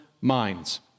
minds